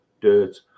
dirt